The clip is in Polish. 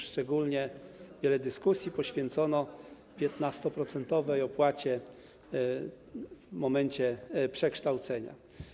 Szczególnie wiele dyskusji poświęcono 15-procentowej opłacie w momencie przekształcenia.